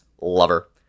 lover